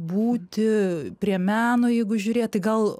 būti prie meno jeigu žiūrėt tai gal